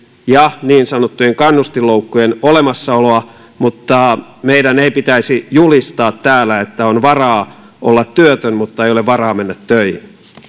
ja niin sanottujen kannustinloukkujen olemassaoloa mutta meidän ei pitäisi julistaa täällä että on varaa olla työtön mutta ei ole varaa mennä töihin